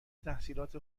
تحصیلات